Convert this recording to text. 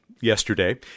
yesterday